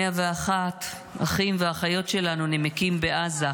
101 אחים ואחיות שלנו נמקים בעזה.